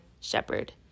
shepherd